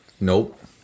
Nope